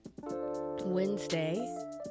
Wednesday